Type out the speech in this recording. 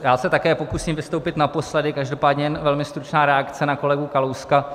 Já se také pokusím vystoupit naposledy, každopádně jen velmi stručná reakce na kolegu Kalouska.